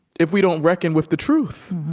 if we don't reckon with the truth?